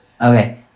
Okay